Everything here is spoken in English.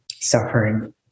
suffering